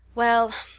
well,